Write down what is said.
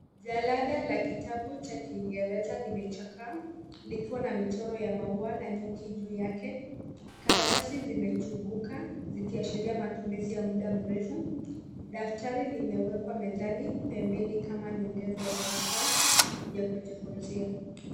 Jalada la kitabu cha kiingereza limechakaa likiwa na michoro ya maua na nyuki juu yake. Karatasi zimechubuka zikiashiria matumizi ya muda mrefu. Daftari limewekwa mezani, pembeni kama nyongeza ya vifaa vya kujifunzia.